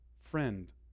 Friend